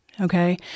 Okay